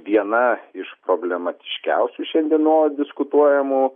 viena iš problematiškiausių šiandienos diskutuojamų